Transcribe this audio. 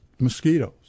Mosquitoes